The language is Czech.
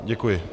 Děkuji.